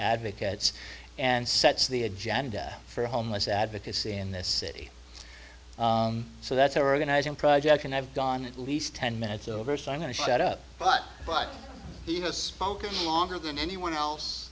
advocates and sets the agenda for homeless advocacy in this city so that's how we're going to him project and i've gone at least ten minutes over so i'm going to set up but but even spoke longer than anyone else